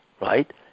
right